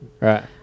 Right